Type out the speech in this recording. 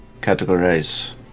categorize